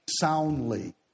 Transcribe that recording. soundly